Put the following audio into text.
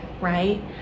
right